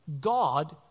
God